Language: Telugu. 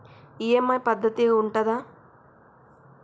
ఈ.ఎమ్.ఐ పద్ధతి ఉంటదా?